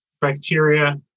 bacteria